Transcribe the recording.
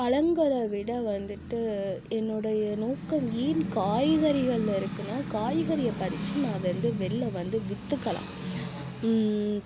பழங்களை விட வந்துட்டு என்னுடைய நோக்கம் ஏன் காய்கறிகளில் இருக்குன்னா காய்கறியை பறித்து நான் வந்து வெளில வந்து விற்றுக்கலாம்